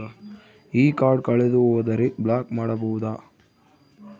ಈ ಕಾರ್ಡ್ ಕಳೆದು ಹೋದರೆ ಬ್ಲಾಕ್ ಮಾಡಬಹುದು?